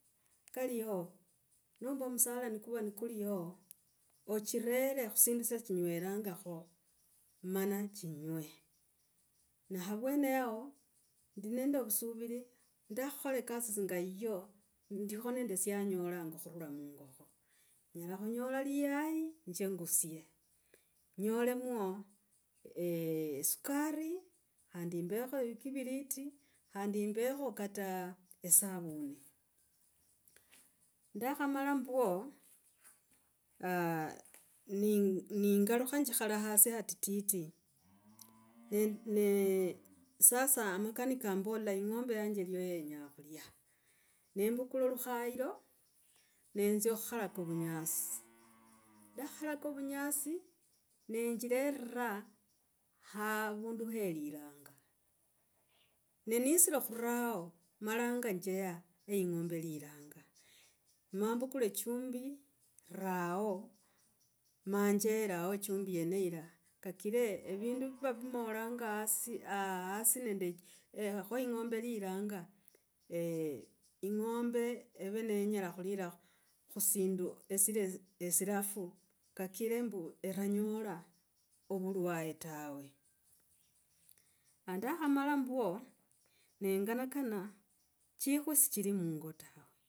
Kaliho, nomba omusala nikuva n kuliho ochirere sindu cha nywirangakho mana chinywee. Na avwene aho, ndi nende vusuviri ndakhakhola ekasi singa iyo, ndikho nende syanyolanga khurula mungokho, nyela khunyola livuyu nzye ngusye nyole mwo esukari, khandi imbekho kiviriti, khandi imbekho kata esavuni. Ndakhamala mbwo aah. ninga, ningalukha njikhala hasi hatiti. ne sasa makanika yambola ing’ombe yanje iyo yenya khulya nembukula lukhairo nanzya khukhoala vunyasi. Ndakhakhalaka vunyasi, nenjirira avandu hr liranga. Ne nisire khuao malanga njeya he ing’ombe iliranga. Ma mbukule chumbi raho, ma njeraho ichumbi yene ira kakire evindu viva vimolanag hasi aah hasi nende, kho ing’ombe iliranga. ing’ombe eve nyela khulira esindu esile silafu kakire ombu iranyola ovelwalwe tawe. ndakhamala mbwo nenganakana chikwi sichili mungo tawe.